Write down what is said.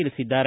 ತಿಳಿಸಿದ್ದಾರೆ